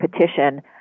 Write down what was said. petition